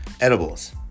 edibles